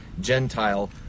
Gentile